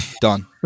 done